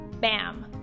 BAM